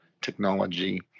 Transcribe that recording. technology